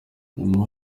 mama